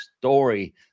story